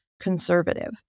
conservative